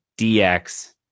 DX